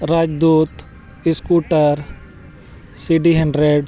Rajdoot scooter city hundred